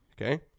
Okay